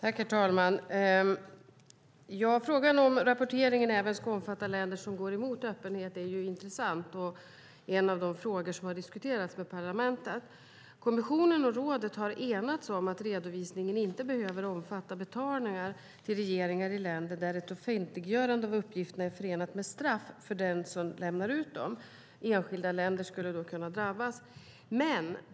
Herr talman! Frågan om rapporteringen även ska omfatta länder som går emot öppenhet är intressant och är en av de frågor som har diskuterats med parlamentet. Kommissionen och rådet har enats om att redovisningen inte behöver omfatta betalningar till regeringar i länder där ett offentliggörande av uppgifterna är förenat med straff för den som lämnar ut dem. Enskilda länder skulle då kunna drabbas.